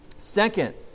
Second